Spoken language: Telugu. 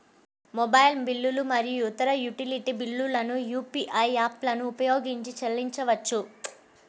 మొబైల్ బిల్లులు మరియు ఇతర యుటిలిటీ బిల్లులను యూ.పీ.ఐ యాప్లను ఉపయోగించి చెల్లించవచ్చు